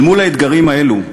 אל מול האתגרים האלו,